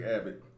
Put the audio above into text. Abbott